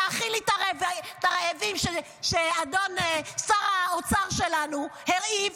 תאכילי את הרעבים שאדון שר האוצר שלנו הרעיב,